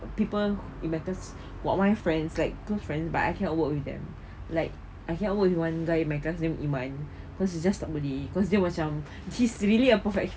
people it matters what my friends like girl friend but I cannot work with them like I cannot work with one guy in my classmates name ima cause he just talk malay cause he macam he's really a perfect